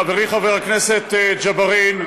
לחברי חבר הכנסת ג'בארין,